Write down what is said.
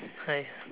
hi